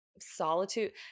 solitude